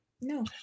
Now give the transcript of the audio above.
No